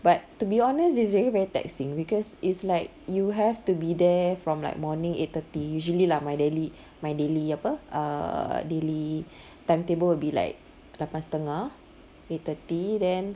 but to be honest it's really very taxing because it's like you have to be there from like morning eight thirty usually lah my daily my daily apa err daily timetable will be like lapan setengah eight thirty then